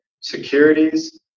securities